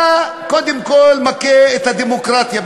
אתה קודם כול מכה את הדמוקרטיה.